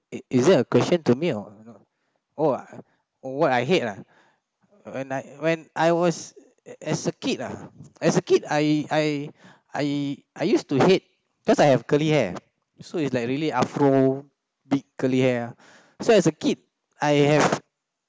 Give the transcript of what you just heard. it is it a question to me or oh what I hate ah when I when I was as a kid ah as a kid I I I I used to hate because I have curly hair so it's like really afro curly hair uh so as a kid I have